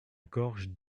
gorge